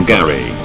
Gary